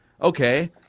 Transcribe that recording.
okay